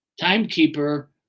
timekeeper